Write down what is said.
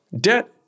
debt